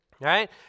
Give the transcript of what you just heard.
Right